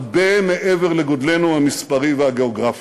הרבה מעבר לגודלנו המספרי והגיאוגרפי.